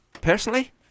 personally